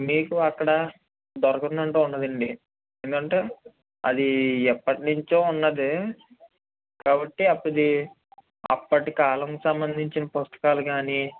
మీకు అక్కడ దోరకంది అంటు ఉండదండి ఎందుకంటే అది ఎప్పటి నుంచి ఉన్నది కాబట్టి అప్పటి అప్పటి కాలం సంబంధించిన పుస్తకాలు కానీ